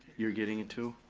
you're getting it too?